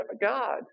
God